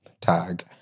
tag